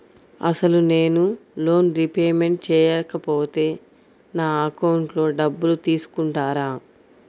అసలు నేనూ loan repayment చేయకపోతే నా అకౌంట్లో డబ్బులు తీసుకుంటారా?